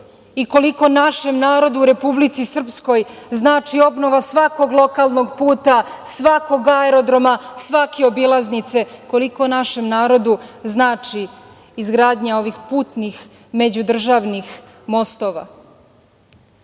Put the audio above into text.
i koliko našem narodu u Republici Srpskoj znači obnova svakog lokalnog puta, svakog aerodroma, svake obilaznice, koliko našem narodu znači izgradnja ovih putnih međudržavnih mostova. To